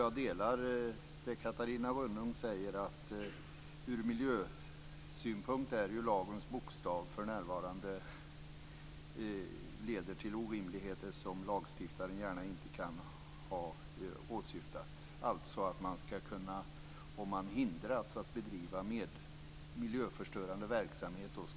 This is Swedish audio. Jag delar Catarina Rönnungs uppfattning att ur miljösynpunkt leder lagens bokstav för närvarande till orimligheter som lagstiftaren inte gärna kan ha åsyftat, alltså att man skulle kunna få ersättning om man hindras från att bedriva miljöförstörande verksamhet.